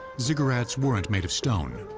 ziggurats weren't made of stone.